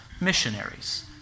missionaries